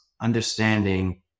understanding